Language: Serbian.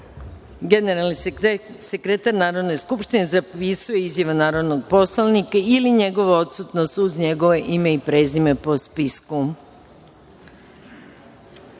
generalni sekretar Narodne skupštine zapisuje izjavu narodnog poslanika ili njegovu odsutnost uz njegovo ime i prezime po spisku. Ovako